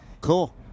cool